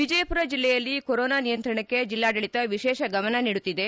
ವಿಜಯಪುರ ಜಿಲ್ಲೆಯಲ್ಲಿ ಕೊರೊನಾ ನಿಯಂತ್ರಣಕ್ಕೆ ಜಿಲ್ಲಾಡಳಿತ ವಿಶೇಷ ಗಮನ ನೀಡುತ್ತಿದೆ